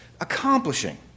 accomplishing